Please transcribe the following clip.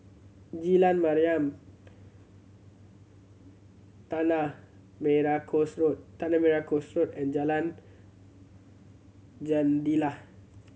Jalan Mariam Tanah Merah Coast Road Tanah Merah Coast Road and Jalan Jendela